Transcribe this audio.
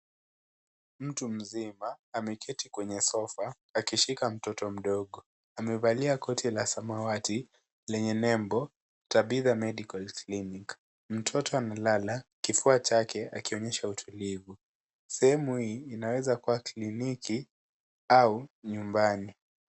Mtu mzima ameketi kwenye sofa akishika mtoto mdogo. Amevalia koti la samawati lenye nembo Tabitha Medical Clinic. Mtoto amelala kifua chake akionyesha utulivu. Sehemu hii inaweza kuwa kliniki au nyumbani.